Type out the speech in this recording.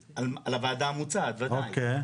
בגלל שאין נפקות, אין קנסות על זה,